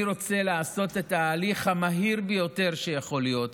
אני רוצה לעשות את ההליך המהיר ביותר שיכול להיות